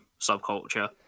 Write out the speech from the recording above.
subculture